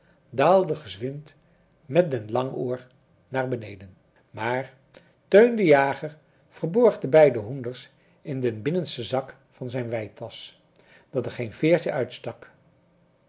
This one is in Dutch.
daalde gezwind met den langoor naar beneden maar teun de jager verborg de beide hoenders in den binnensten zak van zijn weitasch dat er geen veertjen uitstak